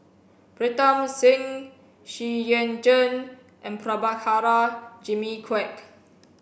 Pritam Singh Xu Yuan Zhen and Prabhakara Jimmy Quek